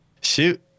shoot